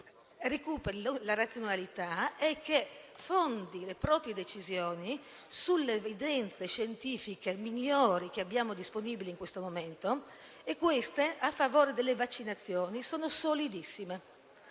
recuperi la razionalità e fondi le proprie decisioni sulle evidenze scientifiche migliori che abbiamo disponibili in questo momento; ed esse, a favore delle vaccinazioni, sono solidissime.